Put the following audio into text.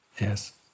Yes